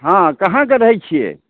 हँ कहाँ के रहै छियै